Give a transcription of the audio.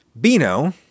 Bino